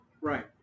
Right